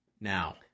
now